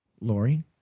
Lori